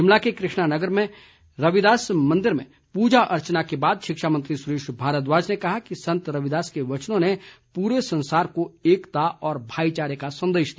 शिमला के कृष्णानगर वार्ड में रविदास मंदिर में पूजा अर्चना के बाद शिक्षा मंत्री सुरेश भारद्वाज ने कहा कि संत रविदास के वचनों ने पूरे संसार को एकता व भाईचारे का संदेश दिया